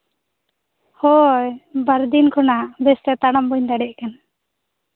ᱦᱳᱭ ᱵᱟᱨ ᱫᱤᱱ ᱠᱷᱚᱱᱟᱜ ᱵᱮᱥᱛᱮ ᱛᱟᱲᱟᱢ ᱵᱟᱹᱧ ᱫᱟᱲᱮᱭᱟᱜ ᱠᱟᱱᱟ